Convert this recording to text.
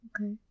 Okay